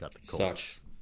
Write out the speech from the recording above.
Sucks